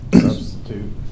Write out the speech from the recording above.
substitute